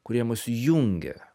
kurie mus jungia